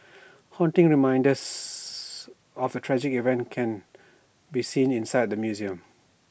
haunting reminders of the tragic event can be seen inside the museum